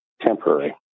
temporary